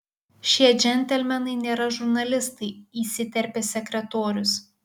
šie džentelmenai nėra žurnalistai įsiterpė sekretorius